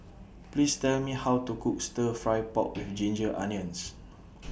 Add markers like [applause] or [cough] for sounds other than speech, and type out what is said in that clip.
Please Tell Me How to Cook Stir Fry Pork with [noise] Ginger Onions